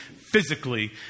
physically